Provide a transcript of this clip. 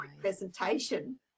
presentation